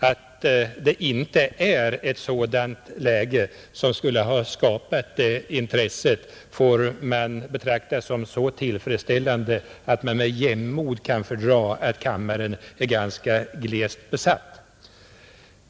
Att det inte är ett sådant läge som skulle ha skapat det intresset får man betrakta som så tillfredsställande att man med jämnmod kan fördra att kammaren är ganska glest besatt.